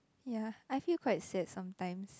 ya I feel quite sad sometimes